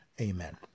Amen